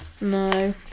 No